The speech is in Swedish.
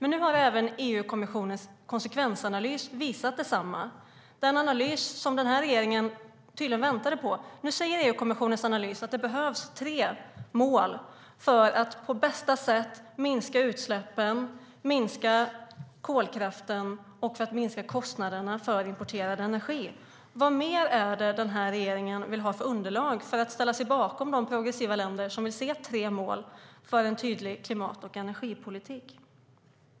Nu har även EU-kommissionens konsekvensanalys visat detsamma, den analys som regeringen tydligen väntade på. EU-kommissionens analys säger att det behövs tre mål för att på bästa sätt minska utsläppen, minska kolkraften och minska kostnaderna för importerad energi. Vad mer vill regeringen ha som underlag för att ställa sig bakom de progressiva länder som vill se tre mål för en tydlig klimat och energipolitik?